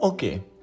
Okay